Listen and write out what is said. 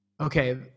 Okay